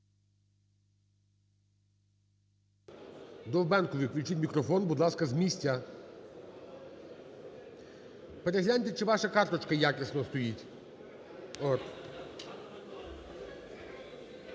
Довбенкові включіть мікрофон, будь ласка, з місця. Перегляньте, чи ваша карточка якісно стоїть.